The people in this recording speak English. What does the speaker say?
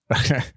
Okay